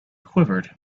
quivered